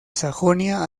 sajonia